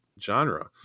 genre